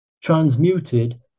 transmuted